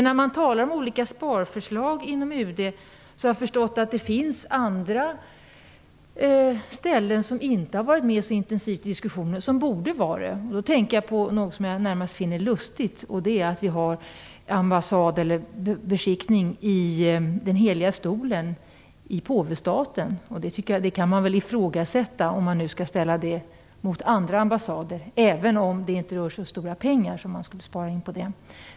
När man talar om olika sparförslag inom UD har jag förstått att det finns andra områden som inte har diskuterats men som borde vara med i diskussionen. Då tänker jag på något som jag närmast finner lustigt, nämligen detta att vi har en beskickning i den Heliga Stolen i påvestaten. Det tycker jag att man kan ifrågasätta, även om det inte rör sig om så stora pengar som man skulle kunna spara in.